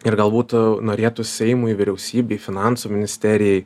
ir galbūt norėtųs seimui vyriausybei finansų ministerijai